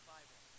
Bible